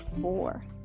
four